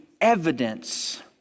evidence